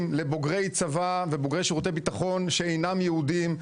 לבוגרי צבא ובוגרי שירותי ביטחון שאינם יהודים.